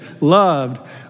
loved